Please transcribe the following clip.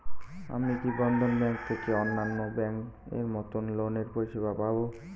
আমি কি বন্ধন ব্যাংক থেকে অন্যান্য ব্যাংক এর মতন লোনের পরিসেবা পাব?